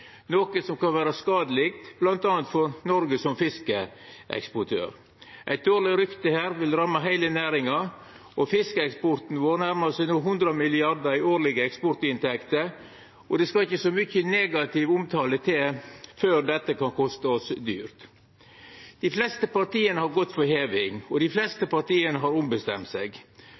noko som kan vera skadeleg bl.a. for Noreg som fiskeeksportør. Eit dårleg rykte her vil ramma heile næringa, og fiskeeksporten vår nærmar seg no 100 mrd. kr i årlege eksportinntekter. Det skal ikkje så mykje negativ omtale til før dette kan kosta oss dyrt. Dei fleste partia har gått for heving – og dei fleste partia har ombestemt seg.